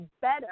better